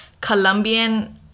Colombian